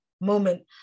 moment